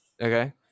okay